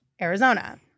Arizona